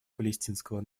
палестинского